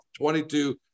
22